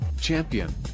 champion